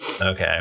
Okay